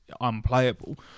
unplayable